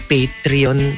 Patreon